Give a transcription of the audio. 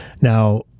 Now